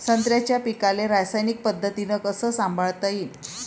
संत्र्याच्या पीकाले रासायनिक पद्धतीनं कस संभाळता येईन?